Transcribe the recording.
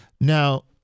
Now